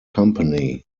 company